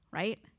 right